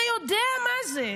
אתה יודע מה זה.